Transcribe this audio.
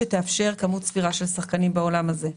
שתאפשר כמות סבירה של שחקנים בעולם הזה.